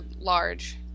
large